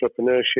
entrepreneurship